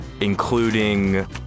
including